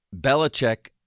Belichick